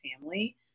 family